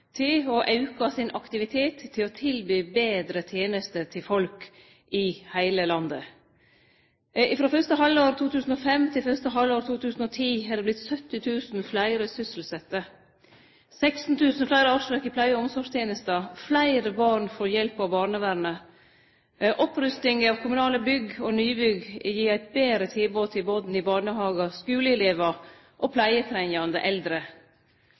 til å auke aktiviteten sin når det gjeld å tilby betre tenester til folk i heile landet. Frå fyrste halvår 2005 til fyrste halvår 2010 har det vorte 70 000 fleire sysselsette. Me har fått 16 000 fleire årsverk i pleie- og omsorgstenesta, fleire barn får hjelp av barnevernet, og opprustinga av kommunale bygg og nybygg gir eit betre tilbod til barn i barnehagar, skuleelevar og